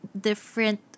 different